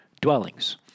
dwellings